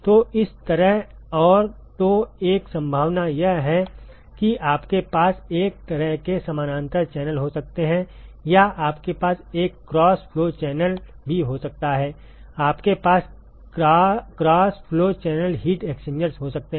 तो इस तरह औरतो एक संभावना यह है कि आपके पास इस तरह के समानांतर चैनल हो सकते हैं या आपके पास एक क्रॉस फ्लो चैनल भी हो सकता है आपके पास cross flow channel heat exchangers हो सकते हैं